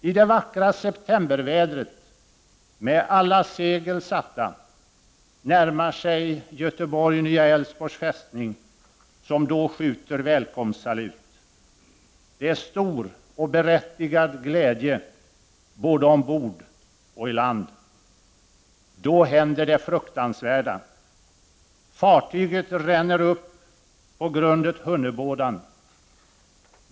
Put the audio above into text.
I det vackra septembervädret, med alla segel satta, närmar sig Götheborg Nya Älvsborgs fästning, som då skjuter välkomstsalut. Det är stor och berättigad glädje både ombord och i land. Då händer det fruktansvärda! Fartyget ränner upp på grundet Hunnebådan.